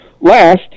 Last